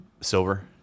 Silver